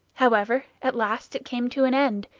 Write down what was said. however, at last it came to an end,